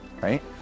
right